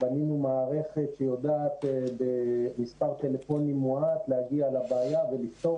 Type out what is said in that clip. בנינו מערכת שיודעת במספר טלפונים מועט להגיע לבעיה ולפתור